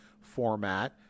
format